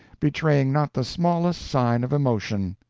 betraying not the smallest sign of emotion.